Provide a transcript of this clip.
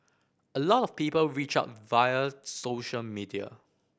a lot of people reach out via social media